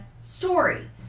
story